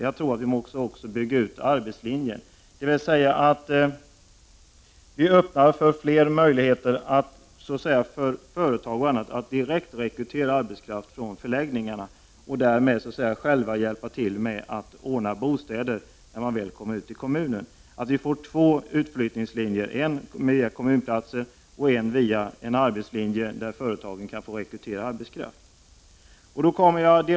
Jag tror att vi också måste bygga ut arbetslinjen, dvs. att vi måste öppna fler möjligheter för företag och andra att direktrekrytera arbetskraft från förläggningarna, och därmed också hjälpa till med att ordna bostäder när flyktingarna väl kommer ut i kommunerna. Då får vi två utflyttningslinjer: en via kommunplatser och en via företag som får möjlighet att rekrytera arbetskraft.